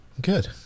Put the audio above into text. good